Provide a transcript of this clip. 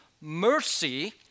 mercy